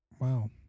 wow